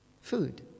food